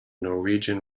norwegian